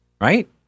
right